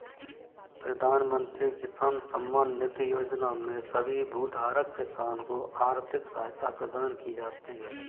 प्रधानमंत्री किसान सम्मान निधि योजना में सभी भूधारक किसान को आर्थिक सहायता प्रदान की जाती है